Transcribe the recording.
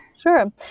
Sure